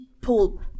pull